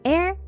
Air